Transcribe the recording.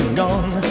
gone